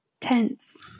tense